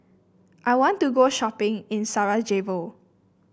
I want to go shopping in Sarajevo